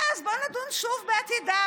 ואז בואו נדון שוב בעתידם.